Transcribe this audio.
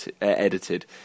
edited